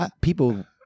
people